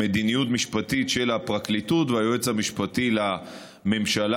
ומדיניות משפטית של הפרקליטות והיועץ המשפטי לממשלה.